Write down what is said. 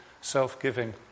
self-giving